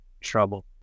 trouble